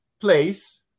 place